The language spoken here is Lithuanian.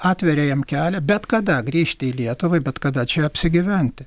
atveria jam kelią bet kada grįžti į lietuvą bet kada čia apsigyventi